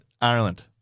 Ireland